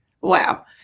wow